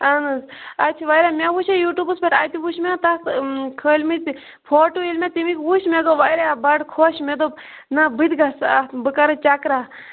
اہن حظ اتہ چھ واریاہ مےٚ وچھے یوٗٹوبَس پٮ۪ٹھ اَتہ وچھ مےٚ تتھ کھٲلمٕتۍ فوٹو ییٚلہ مےٚ تمِکۍ وچھ مےٚ گوٚو واریاہ بَڑٕ خۄش مےٚ دوٚپ نہ بہٕ تہِ گَژھِ اتھ بہٕ کَرٕ چَکرا